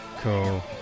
Cool